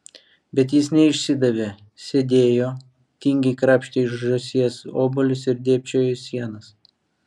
bet jis neišsidavė sėdėjo tingiai krapštė iš žąsies obuolius ir dėbčiojo į sienas